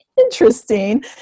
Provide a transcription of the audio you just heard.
interesting